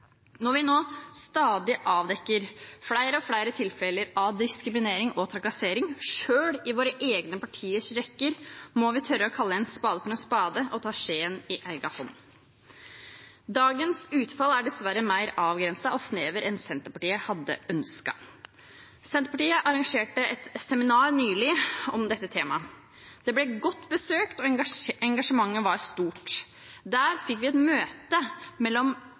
Når vi avdekker flere og flere tilfeller av diskriminering og trakassering, selv i våre egne partiers rekker, må vi tørre å kalle en spade for en spade og ta skjeen i egen hånd. Dagens utfall er dessverre mer avgrenset og snevert enn det Senterpartiet hadde ønsket. Senterpartiet arrangerte nylig et seminar om dette temaet. Det ble godt besøkt, og engasjementet var stort. Der fikk vi et møte mellom